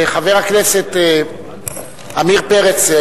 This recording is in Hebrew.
חבר הכנסת עמיר פרץ,